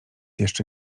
jeszcze